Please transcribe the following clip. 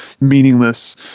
meaningless